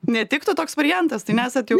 netiktų toks variantas tai nesat jau